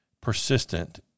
persistent